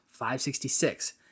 566